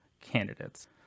candidates